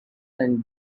and